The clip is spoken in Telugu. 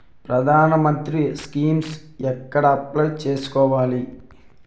ప్రధాన మంత్రి స్కీమ్స్ ఎక్కడ అప్లయ్ చేసుకోవాలి?